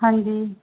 ਹਾਂਜੀ